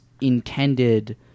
intended